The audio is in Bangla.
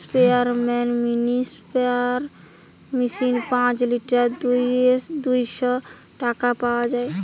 স্পেয়ারম্যান মিনি স্প্রেয়ার মেশিন পাঁচ লিটার দুইশ টাকায় পাওয়া যায়